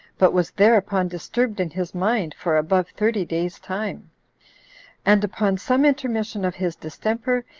but was thereupon disturbed in his mind for above thirty days' time and upon some intermission of his distemper,